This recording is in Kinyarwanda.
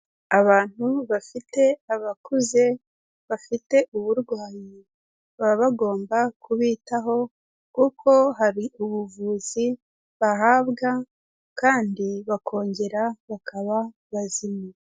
Abantu bafite abakuze bafite uburwayi baba bagomba kubitaho kuko hari ubuvuzi bahabwa kandi bakongera bakaba bazima.